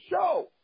show